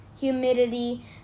humidity